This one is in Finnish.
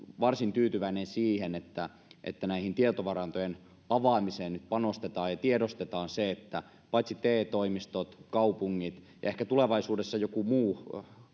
varsin tyytyväinen siihen että että näiden tietovarantojen avaamiseen nyt panostetaan ja tiedostetaan se että paitsi te toimistot ja kaupungit ehkä tulevaisuudessa myös joku muu